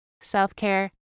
self-care